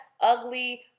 ugly